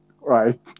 right